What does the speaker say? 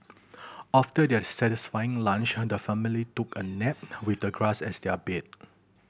after their satisfying lunch the family took a nap with the grass as their bed